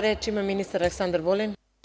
Reč ima ministar Aleksandar Vulin.